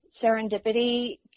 serendipity